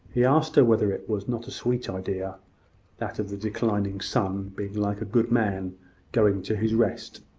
he asked her whether it was not a sweet idea that of the declining sun being like a good man going to his rest,